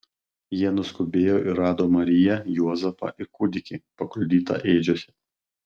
jie nuskubėjo ir rado mariją juozapą ir kūdikį paguldytą ėdžiose